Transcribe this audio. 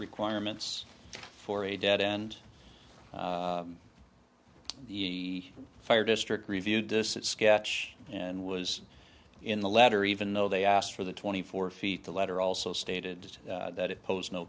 requirements for a dead end the fire district review distant sketch and was in the latter even though they asked for the twenty four feet the letter also stated that it posed no